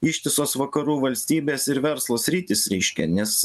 ištisos vakarų valstybės ir verslo sritys reiškia nes